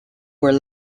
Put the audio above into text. were